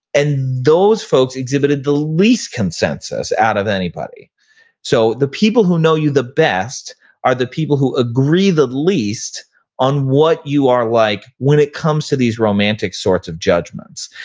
and those folks exhibited the least consensus out of anybody so the people who know you the best are the people who agree that least on what you are like when it comes to these romantic sorts of judgments.